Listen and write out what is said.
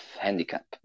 handicap